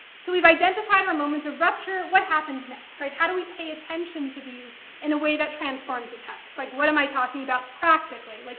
so we've identified our moments of rupture. what happens next? how do we pay attention to these in a way that transforms the text? like what am i talking about practically? like